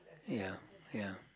ya ya